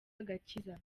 agakiza